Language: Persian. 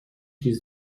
تیز